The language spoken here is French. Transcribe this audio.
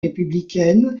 républicaine